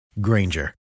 Granger